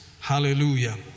Hallelujah